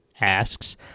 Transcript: asks